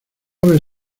vez